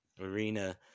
arena